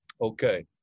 Okay